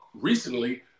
recently